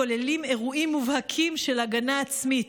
כוללים אירועים מובהקים של הגנה עצמית,